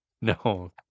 No